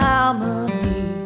Harmony